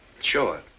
sure